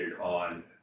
on